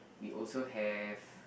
we also have